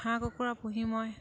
হাঁহ কুকুৰা পুহি মই